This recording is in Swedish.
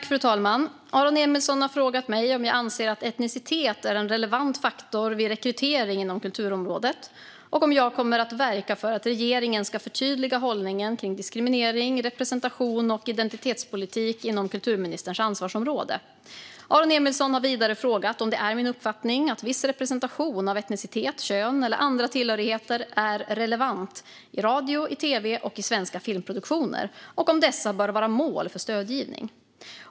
Fru talman! Aron Emilsson har frågat mig om jag anser att etnicitet är en relevant faktor vid rekrytering inom kulturområdet och om jag kommer att verka för att regeringen ska förtydliga hållningen kring diskriminering, representation och identitetspolitik inom kulturministerns ansvarsområde. Aron Emilsson har vidare frågat om det är min uppfattning att viss representation av etnicitet, kön eller andra tillhörigheter är relevant i radio, i tv och i svenska filmproduktioner och om dessa bör vara mål för stödgivning.